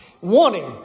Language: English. Warning